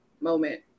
moment